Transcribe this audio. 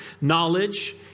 knowledge